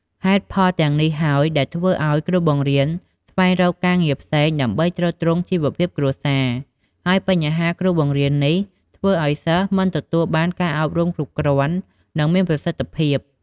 ហេតុផលទាំងនេះហើយ ដែលធ្វើអោយគ្រូបង្រៀនស្វែងរកការងារផ្សេង ដើម្បីទ្រទ្រង់ជីវភាពគ្រួសារ ហើយបញ្ហាគ្រូបង្រៀននេះ ធ្វើឲ្យសិស្សមិនទទួលបានការអប់រំគ្រប់គ្រាន់ និងមានប្រសិទ្ធភាព។